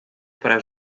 para